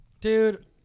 dude